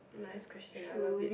nice question I love it